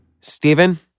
Stephen